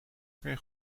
jij